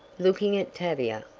looking at tavia.